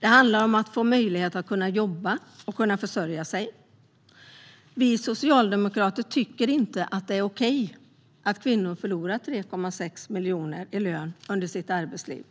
Det handlar om att få möjlighet att kunna jobba och försörja sig. Vi socialdemokrater tycker inte att det är okej att kvinnor förlorar 3,6 miljoner i lön under sitt arbetsliv.